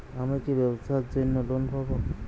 আমি কি ব্যবসার জন্য লোন পাব?